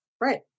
Right